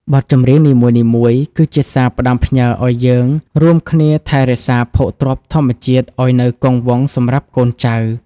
បទចម្រៀងនីមួយៗគឺជាសារផ្ដាំផ្ញើឱ្យយើងរួមគ្នាថែរក្សាភោគទ្រព្យធម្មជាតិឱ្យនៅគង់វង្សសម្រាប់កូនចៅ។